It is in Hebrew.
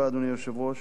אדוני היושב-ראש,